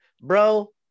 bro